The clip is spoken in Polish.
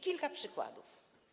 Kilka przykładów.